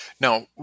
Now